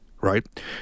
Right